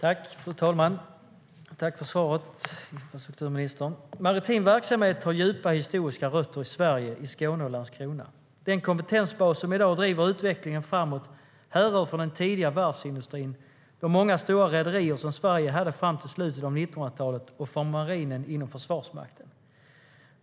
Fru talman! Tack för svaret, infrastrukturministern! Maritim verksamhet har djupa historiska rötter i Sverige, i Skåne och i Landskrona. Den kompetensbas som i dag driver utvecklingen framåt härrör från den tidigare varvsindustrin, de många stora rederier som Sverige hade fram till slutet av 1900-talet och från marinen inom Försvarsmakten.